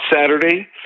Saturday